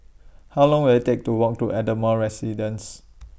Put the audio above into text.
How Long Will IT Take to Walk to Ardmore Residence